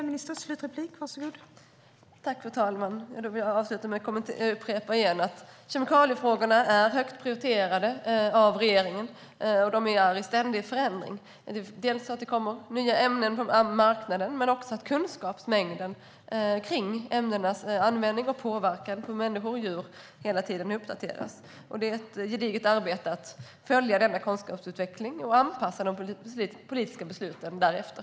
Fru talman! Jag vill avsluta med att upprepa att kemikaliefrågorna är högt prioriterade av regeringen. De är i ständig förändring, dels för att det kommer nya ämnen på marknaden, dels för att kunskapen kring ämnenas användning och påverkan på människor och djur hela tiden uppdateras. Det är ett gediget arbete att följa denna kunskapsutveckling och anpassa de politiska besluten därefter.